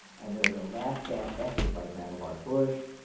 and there's a last-gasp effort by vannevar bush,